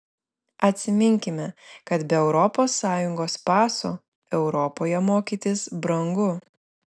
atsiminkime kad be europos sąjungos paso europoje mokytis brangu